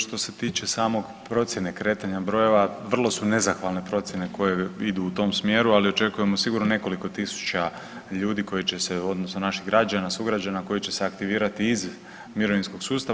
Što se tiče samog procjene kretanja brojeva, vrlo su nezahvalne procjene koje idu u tom smjeru, ali očekujemo sigurno nekoliko tisuća ljudi koji će se u odnosu naših građana sugrađana koji će se aktivirati iz mirovinskog sustava.